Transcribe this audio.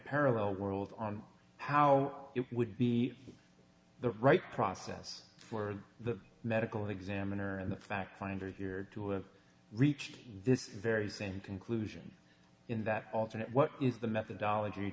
parallel world on how it would be the right process for the medical examiner and the fact finders here to have reached this very same conclusion in that alternate what is the methodology